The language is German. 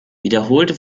wiederholte